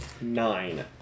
Nine